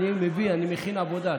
אני מביא, אני מכין עבודה.